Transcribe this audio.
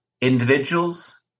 individuals